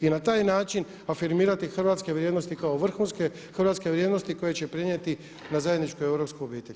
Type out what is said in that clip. I na taj način afirmirati hrvatske vrijednosti kao vrhunske hrvatske vrijednosti koje će prenijeti na zajedničku europsku obitelj.